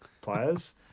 players